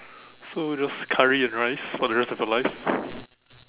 so just curry and rice for the rest of your life